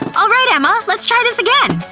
and alright emma, let's try this again.